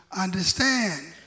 understand